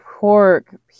pork